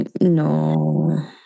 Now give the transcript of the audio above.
no